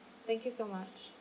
thank you so much